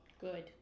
good